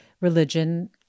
religion